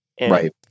Right